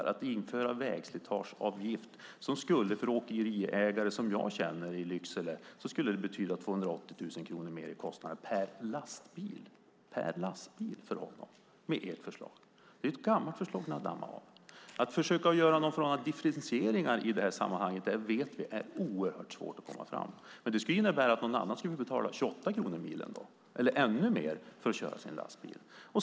Ert förslag att införa vägslitageavgift skulle för den åkeriägare jag känner i Lycksele innebära 280 000 kronor mer i kostnader per lastbil. Det är ett gammalt förslag ni har dammat av. Vi vet att det är oerhört svårt att göra någon form av differentieringar. Det skulle innebära att någon annan får betala 28 kronor per mil eller ännu mer för att köra sin lastbil.